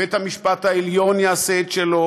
ובית-המשפט העליון יעשה את שלו.